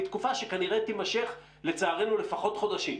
והיא תקופה שכנראה תימשך לצערנו לפחות חודשים.